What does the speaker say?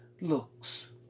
looks